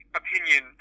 opinion